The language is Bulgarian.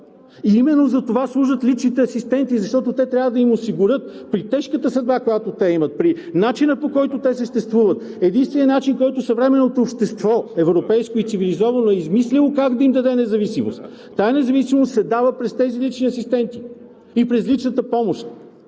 и именно затова служат личните асистенти, защото те трябва да им осигурят при тежката съдба, която те имат, при начина, по който те съществуват, единственият начин, който съвременното общество – европейско и цивилизовано, е измислило как да им даде независимост. Тази независимост се дава през тези лични асистенти и през личната помощ